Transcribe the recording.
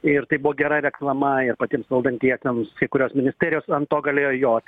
ir tai buvo gera reklama ir patiems valdantiesiems kai kurios ministerijos an to galėjo joti